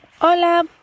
Hola